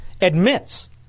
admits